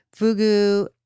Fugu